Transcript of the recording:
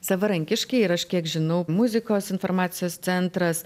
savarankiškai ir aš kiek žinau muzikos informacijos centras